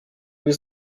was